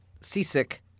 seasick